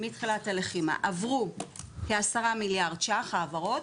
עברו כ-10 מיליארד שקלים בהעברות,